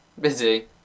Busy